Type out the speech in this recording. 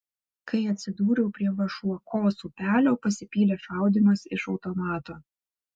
kai atsidūriau prie vašuokos upelio pasipylė šaudymas iš automato